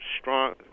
strong